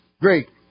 Great